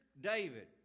David